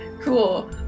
cool